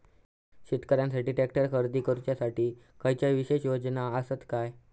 शेतकऱ्यांकसाठी ट्रॅक्टर खरेदी करुच्या साठी खयच्या विशेष योजना असात काय?